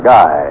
Guy